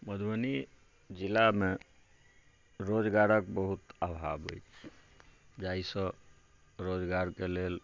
मधुबनी जिलामे रोजगारके बहुत अभाव अछि जाहिसँ रोजगारके लेल